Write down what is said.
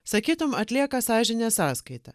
sakytum atlieka sąžinės sąskaita